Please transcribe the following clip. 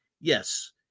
Yes